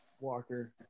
Walker